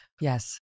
Yes